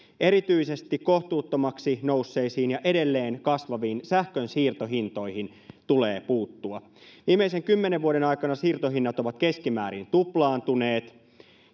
erityisesti kohtuuttomiksi nousseisiin ja edelleen kasvaviin sähkönsiirtohintoihin tulee puuttua viimeisen kymmenen vuoden aikana siirtohinnat ovat keskimäärin tuplaantuneet